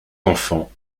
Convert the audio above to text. enfants